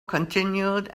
continued